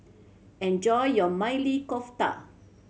enjoy your Maili Kofta